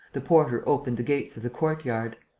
the porter opened the gates of the courtyard.